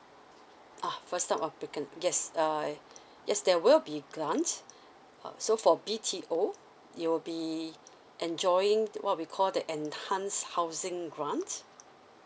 ah first time applicant yes uh yes there will be grant uh so for B_T_O you will be enjoying what we call that enhance housing grant